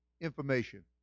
information